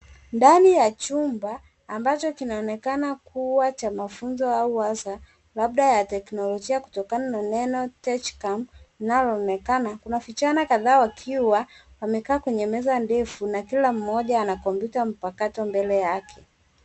Ndani ya chumba ambacho kinaonekana kuwa cha mafunzo au warsha ya teknolojia kutokana na neno Tech camp linaloonekana. Kuna wasichana kadhaa wakiwa wamekaa kwenye meza ndefu na kila mmoja na kompyuta mpakato mbele yake.